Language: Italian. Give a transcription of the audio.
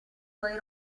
suoi